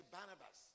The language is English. Barnabas